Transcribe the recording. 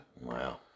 Wow